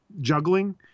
juggling